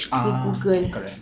ah correct